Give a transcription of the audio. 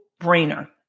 brainer